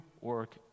work